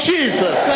Jesus